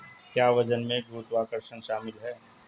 क्या वजन में गुरुत्वाकर्षण शामिल है?